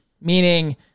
meaning